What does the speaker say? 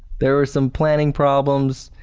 there were some planning problems,